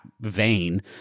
vain